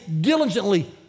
diligently